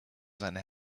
seiner